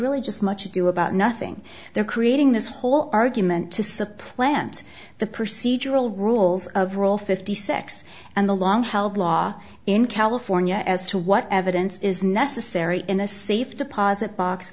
really just much ado about nothing they're creating this whole argument to supplant the procedural rules of role fifty six and the long held law in california as to what evidence is necessary in a safe deposit box